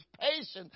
patience